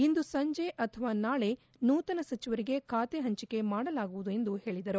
ಇಂದು ಸಂಜೆ ಅಥವಾ ನಾಳೆ ನೂತನ ಸಚಿವರಿಗೆ ಖಾತೆ ಹಂಚಿಕೆ ಮಾಡಲಾಗುವುದು ಎಂದು ಹೇಳದರು